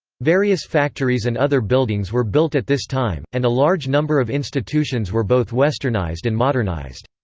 various factories and other buildings were built at this time, and a large number of institutions were both westernized and modernized.